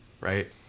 Right